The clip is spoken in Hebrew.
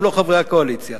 גם לא חברי הקואליציה.